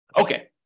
Okay